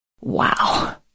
Wow